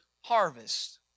harvest